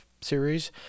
series